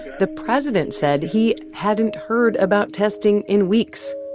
the president said he hadn't heard about testing in weeks,